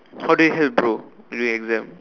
how they help bro during exam